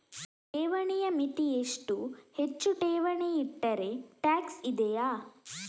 ಠೇವಣಿಯ ಮಿತಿ ಎಷ್ಟು, ಹೆಚ್ಚು ಠೇವಣಿ ಇಟ್ಟರೆ ಟ್ಯಾಕ್ಸ್ ಇದೆಯಾ?